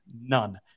None